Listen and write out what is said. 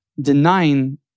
denying